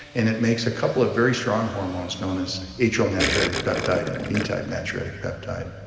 and it makes a couple of very strong hormones known as atrial natriuretic peptide and b type natriuretic peptide.